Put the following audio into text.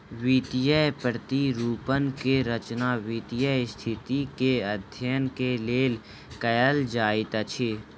वित्तीय प्रतिरूपण के रचना वित्तीय स्थिति के अध्ययन के लेल कयल जाइत अछि